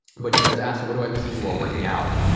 but you guys asked what do i listen to while working out.